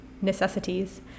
necessities